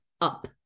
up